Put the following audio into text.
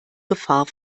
gefahr